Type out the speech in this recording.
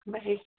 bye